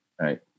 right